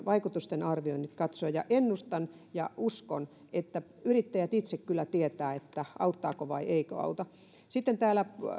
vaikutusten arvioinnit katsoa ennustan ja uskon että yrittäjät itse kyllä tietävät auttaako vai eikö auta sitten täällä